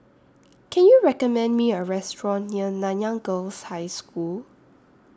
Can YOU recommend Me A Restaurant near Nanyang Girls' High School